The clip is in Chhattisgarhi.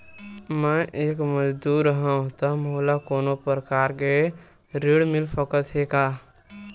मैं एक मजदूर हंव त मोला कोनो प्रकार के ऋण मिल सकत हे का?